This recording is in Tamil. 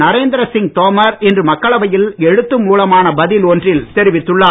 நரேந்திர சிங் தோமர் இன்று மக்களவையில் எழுத்து மூலமான பதில் ஒன்றில் தெரிவித்துள்ளார்